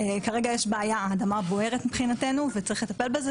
כרגע יש בעיה האדמה בוערת מבחינתנו וצריך לטפל בזה.